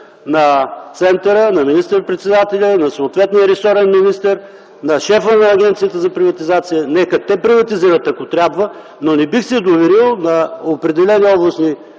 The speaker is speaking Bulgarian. на центъра, на министър-председателя, на съответния ресорен министър, на шефа на Агенцията за приватизация – нека те приватизират, ако трябва, но не бих се доверил на определени областни